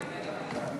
משרד הבריאות,